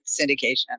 syndication